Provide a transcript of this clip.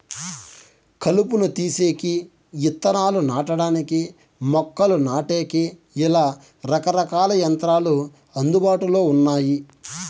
కలుపును తీసేకి, ఇత్తనాలు నాటడానికి, మొక్కలు నాటేకి, ఇలా రకరకాల యంత్రాలు అందుబాటులో ఉన్నాయి